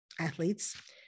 athletes